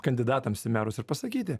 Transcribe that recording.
kandidatams į merus ir pasakyti